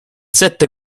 sette